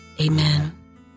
Amen